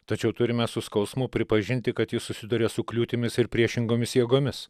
tačiau turime su skausmu pripažinti kad ji susiduria su kliūtimis ir priešingomis jėgomis